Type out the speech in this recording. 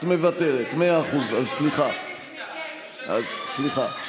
את מוותרת, מאה אחוז, אז סליחה.